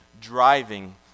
driving